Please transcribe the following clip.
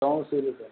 thomas philip